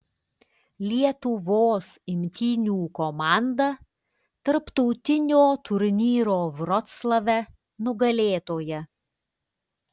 lietuvos imtynių komanda tarptautinio turnyro vroclave nugalėtoja